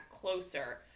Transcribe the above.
closer